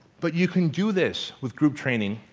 but you can do this with group training